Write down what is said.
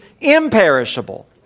imperishable